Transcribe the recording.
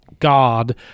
God